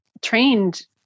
trained